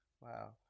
wow